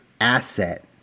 asset